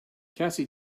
cassie